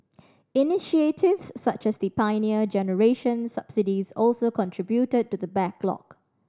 initiatives such as the Pioneer Generation subsidies also contributed to the backlog